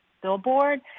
billboard